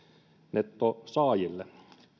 nettosaajille